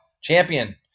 champion